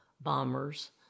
bombers